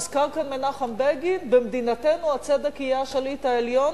הוזכר כאן מנחם בגין: במדינתנו הצדק יהיה השליט העליון,